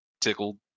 tickled